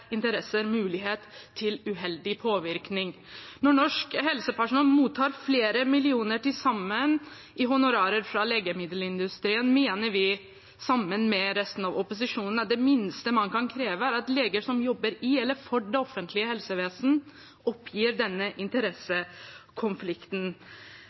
interesser mulighet til uheldig påvirkning. Når norsk helsepersonell mottar til sammen flere millioner kroner i honorarer fra legemiddelindustrien, mener vi, sammen med resten av opposisjonen, at det minste man kan kreve, er at leger som jobber i eller for det offentlige helsevesenet, oppgir